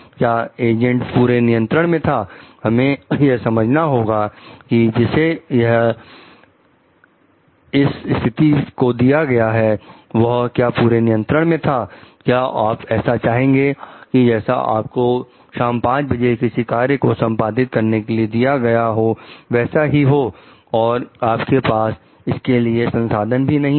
क्या एजेंट पूरे नियंत्रण में था हमें यह समझना होगा कि जिसे यह इस स्थिति को दिया गया है वह क्या पूरे नियंत्रण में था क्या आप ऐसा चाहेंगे कि जैसे आपको शाम 500 बजे किसी कार्य को संपादित करने के लिए दिया गया हो वैसा ही हो और आपके पास इसके लिए संसाधन भी नहीं हैं